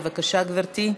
בבקשה, גברתי.